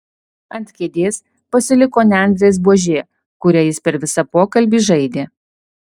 ant kėdės pasiliko nendrės buožė kuria jis per visą pokalbį žaidė